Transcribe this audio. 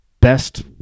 best